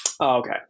Okay